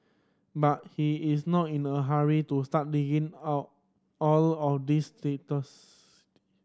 but he is not in a hurry to start digging out all of these